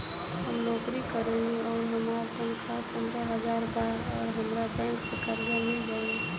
हम नौकरी करेनी आउर हमार तनख़ाह पंद्रह हज़ार बा और हमरा बैंक से कर्जा मिल जायी?